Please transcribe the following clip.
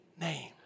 name